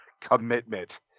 commitment